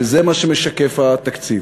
וזה מה שמשקף התקציב.